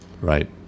Right